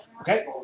Okay